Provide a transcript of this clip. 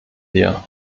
wir